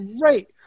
great